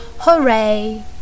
Hooray